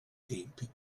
tempi